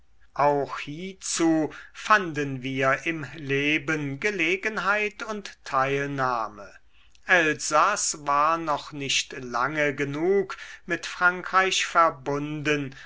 auch hiezu fanden wir im leben gelegenheit und teilnahme elsaß war noch nicht lange genug mit frankreich verbunden